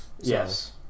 Yes